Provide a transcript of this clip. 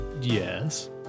Yes